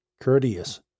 Courteous